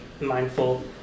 mindful